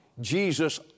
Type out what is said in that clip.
Jesus